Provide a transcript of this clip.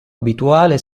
abituale